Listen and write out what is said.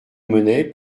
monnaie